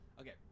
Okay